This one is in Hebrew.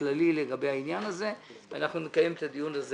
כללי לגבי העניין הזה ואת הדיון הזה נקיים עכשיו.